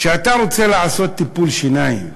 כשאתה רוצה לעשות טיפול שיניים,